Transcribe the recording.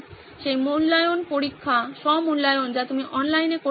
সেই মূল্যায়ন পরীক্ষা স্ব মূল্যায়ন যা তুমি অনলাইনে করতে পারেন